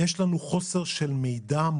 יש לנו חוסר מוחלט של מידע.